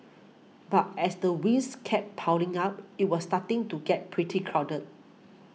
but as the ways kept piling up it was starting to get pretty crowded